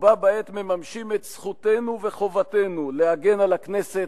ובה בעת מממשים את זכותנו וחובתנו להגן על הכנסת,